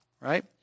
right